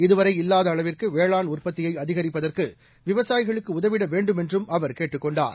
இதுவளர இல்லாத அளவிற்கு வேளாண் உற்பத்தியை அதிகரிப்பதற்கு விவசாயிகளுக்கு உதவிட வேண்டுமென்றும் அவர் கேட்டுக் கொண்டார்